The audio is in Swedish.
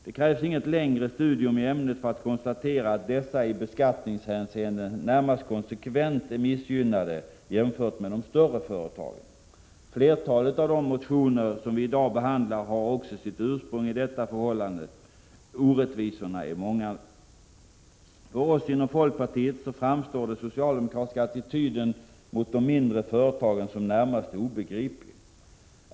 Det krävs inget djupare studium i ämnet för att konstatera att dessa i beskattningshänseende närmast konsekvent är missgynnade jämfört med de större företagen. Flertalet av de motioner som vi i dag behandlar har också sitt ursprung i detta förhållande. Orättvisorna är många. För oss inom folkpartiet framstår den socialdemokratiska attityden mot de mindre företagen som närmast obegriplig.